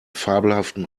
fabelhaften